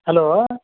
hello